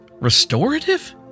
Restorative